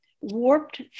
warped